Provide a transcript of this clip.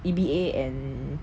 E_B_A and